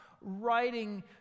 writing